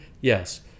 Yes